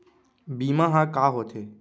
बीमा ह का होथे?